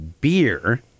beer